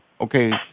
okay